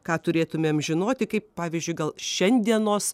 ką turėtumėm žinoti kaip pavyzdžiui gal šiandienos